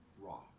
raw